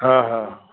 हा हा